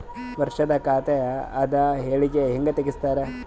ವರ್ಷದ ಖಾತ ಅದ ಹೇಳಿಕಿ ಹೆಂಗ ತೆಗಿತಾರ?